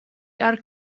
are